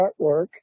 artwork